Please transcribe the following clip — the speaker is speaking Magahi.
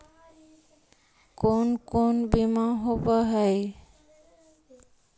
कोन कोन बिमा होवय है?